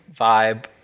vibe